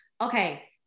okay